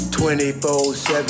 24/7